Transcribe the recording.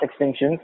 extinctions